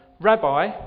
Rabbi